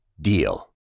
DEAL